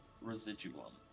residuum